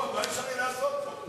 נכון, מה נשאר לי לעשות פה?